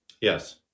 Yes